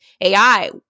AI